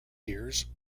years